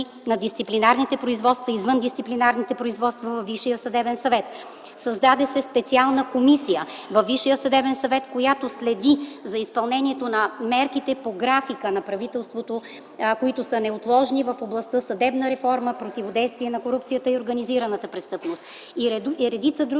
на дисциплинарните производства, извън дисциплинарните производства във Висшия съдебен съвет. Създаде се специална комисия във Висшия съдебен съвет, която следи за изпълнението на мерките по графика на правителството, които са неотложни в областта „Съдебна реформа, противодействие на корупцията и организираната престъпност”,